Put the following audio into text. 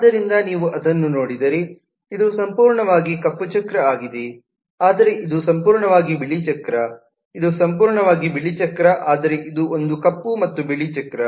ಆದ್ದರಿಂದ ನೀವು ಅದನ್ನು ನೋಡಿದರೆ ಇದು ಸಂಪೂರ್ಣವಾಗಿ ಕಪ್ಪು ಚಕ್ರ ಆಗಿದೆ ಆದರೆ ಇದು ಸಂಪೂರ್ಣವಾಗಿ ಬಿಳಿ ಚಕ್ರ ಇದು ಸಂಪೂರ್ಣವಾಗಿ ಬಿಳಿ ಚಕ್ರ ಆದರೆ ಇದು ಒಂದು ಕಪ್ಪು ಮತ್ತು ಬಿಳಿ ಚಕ್ರ